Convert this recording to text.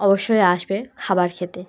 অবশ্যই আসবে খাবার খেতে